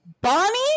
Bonnie